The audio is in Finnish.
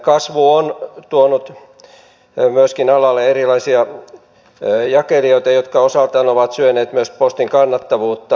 kasvu on myöskin tuonut alalle erilaisia jakelijoita jotka osaltaan ovat syöneet myös postin kannattavuutta